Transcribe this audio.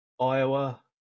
Iowa